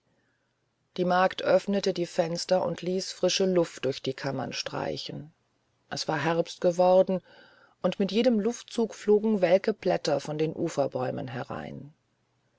die magd öffnete die fenster und ließ frische luft durch die kammern streichen es war herbst geworden und mit jedem luftzug flogen welke blätter von den uferbäumen herein